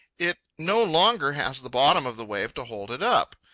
it no longer has the bottom of the wave to hold it up.